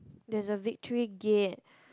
there's a victory gate